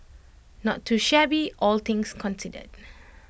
not too shabby all things considered